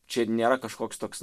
čia nėra kažkoks toks